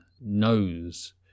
knows